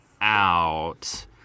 out